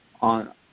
on